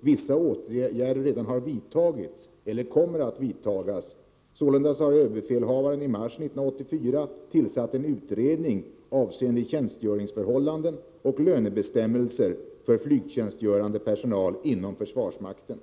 vissa åtgärder redan har vidtagits eller kommer att vidtas. Sålunda har överbefälhavaren i mars 1984 tillsatt en utredning avseende tjänstgöringsförhållanden och lönebestämmelser för flygtjänstgörande personal inom försvarsmakten.